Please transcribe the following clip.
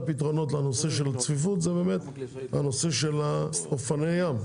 לנושא של הצפיפות זה באמת הנושא של אופנועי הים,